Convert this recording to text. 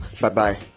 bye-bye